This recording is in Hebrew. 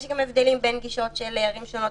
יש גם הבדלים בין גישות של ערים שונות,